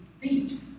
feet